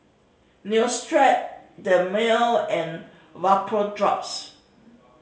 Neostrata Dermale and Vapodrops